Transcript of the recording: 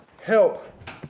Help